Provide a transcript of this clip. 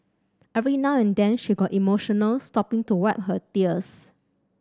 every now and then she got emotional stopping to wipe her tears